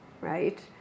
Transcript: right